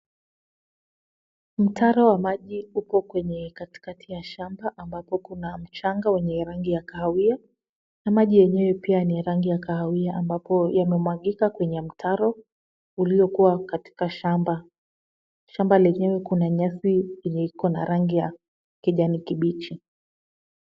Mtaro wa maji uko kwenye katikati ya shamba ambapo kuna mchanga wenye rangi ya kahawia na maji yenyewe pia ni ya rangi ya kahawia ambapo yamemwagika kwenye mtaro uliokua katika shamba. Shamba lenyewe kuna nyasi iliyoko na rangi ya kijani kibichi.